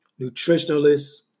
nutritionalists